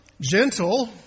gentle